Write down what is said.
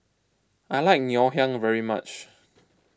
I like Ngoh Hiang very much